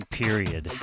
period